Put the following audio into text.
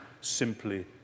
simply